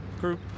group